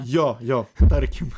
jo jo tarkim